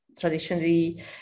traditionally